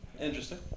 Interesting